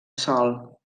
sol